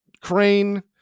Crane